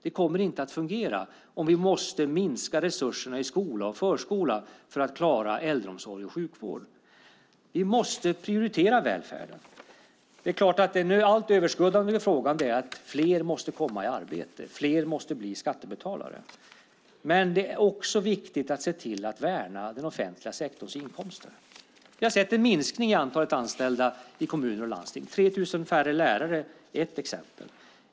Det kommer inte att fungera om vi måste minska resurserna i skola och förskola för att klara äldreomsorg och sjukvård. Vi måste prioritera välfärden. Det är klart att den allt överskuggande frågan är att fler måste komma i arbete; fler måste bli skattebetalare. Det är dock också viktigt att se till att värna den offentliga sektorns inkomster. Vi har sett en minskning av antalet anställa i kommuner och landsting - 3 000 färre lärare är ett exempel.